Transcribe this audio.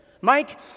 Mike